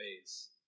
ways